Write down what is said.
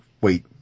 wait